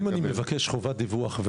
אם אני מבקש חובת דיווח,